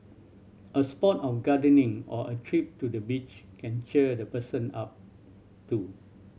a spot of gardening or a trip to the beach can cheer the person up too